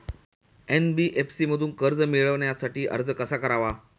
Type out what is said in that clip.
NBFC मधून कर्ज मिळवण्यासाठी अर्ज कसा करावा?